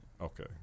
Okay